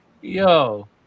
Yo